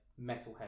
Metalhead